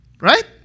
Right